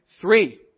three